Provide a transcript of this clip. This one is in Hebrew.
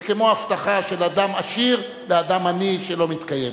זה כמו הבטחה של אדם עשיר לאדם עני שלא מתקיימת.